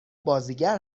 بازیگر